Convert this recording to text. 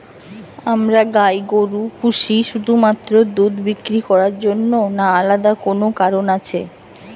আমরা গাই গরু পুষি শুধুমাত্র দুধ বিক্রি করার জন্য না আলাদা কোনো কারণ আছে?